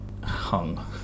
hung